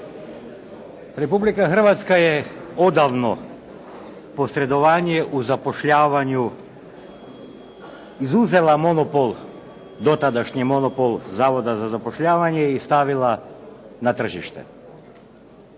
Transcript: Republika Hrvatska je odavno posredovanje u zapošljavanju izuzela monopol, dotadašnji monopol Zavoda za zapošljavanje i stavila na tržište.